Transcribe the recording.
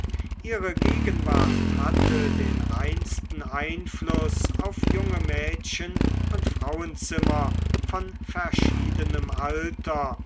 ihre gegenwart hatte den reinsten einfluß auf junge mädchen und frauenzimmer von verschiedenem alter